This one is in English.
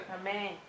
Amen